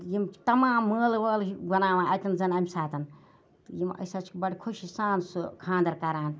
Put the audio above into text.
یِم تَمام مٲلہٕ وٲلہٕ چھِ بَناوان اَتیٚن زَن امہِ ساتَن أسۍ حظ چھِ بَڑٕ خوشی سان سُہ خاندَر کَران